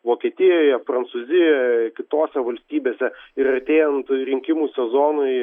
vokietijoje prancūzijoje kitose valstybėse ir artėjant rinkimų sezonui